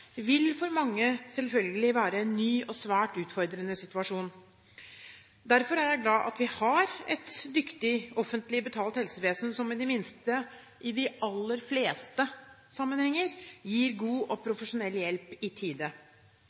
vil for mange selvfølgelig være en ny og svært utfordrende situasjon. Derfor er jeg glad for at vi har et dyktig, offentlig betalt helsevesen som i det minste i de aller fleste sammenhenger gir god og profesjonell hjelp i tide.